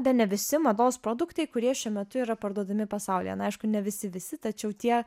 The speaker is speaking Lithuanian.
bene visi mados produktai kurie šiuo metu yra parduodami pasaulyje na aišku ne visi visi tačiau tie